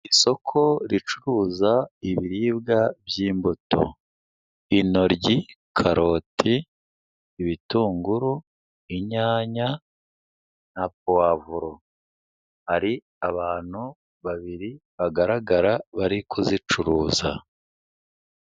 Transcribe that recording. Isoko ricuruza ibiribwa by'imbuto intoryi, karoti, ibitunguru, inyanya na puwavuro. Hari abantu babiri bagaragara bari kuzicuruza.